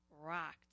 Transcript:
rocked